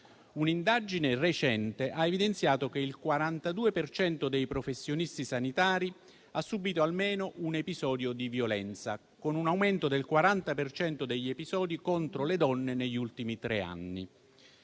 Un'indagine recente ha evidenziato che il 42 per cento dei professionisti sanitari ha subito almeno un episodio di violenza, con un aumento del 40 per cento degli episodi contro le donne negli ultimi tre anni.